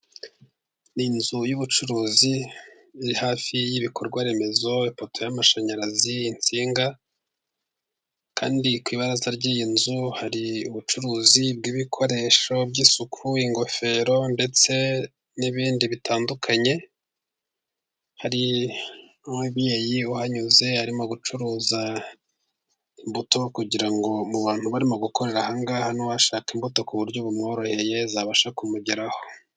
Inzu y'ubucuruzi iri hafi y'ibikorwa remezo ipoto y'amashanyarazi, insinga kandi ku ibaraza ry'iyi nzu hari ubucuruzi bw'ibikoresho by'isuku, ingofero ndetse n'ibindi bitandukanye, hari n'umubyeyi uhanyuze arimo gucuruza imbuto kugira ngo mu bantu barimo gukorera aha ngaha ushaka imbuto ku buryo bumworoheye zabasha kumugeraho.